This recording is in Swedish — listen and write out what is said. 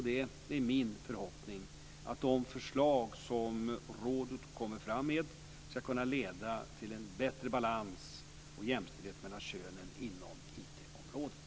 Det är min förhoppning att de förslag som rådet kommer fram med ska kunna leda till en bättre balans och jämställdhet mellan könen inom IT-området.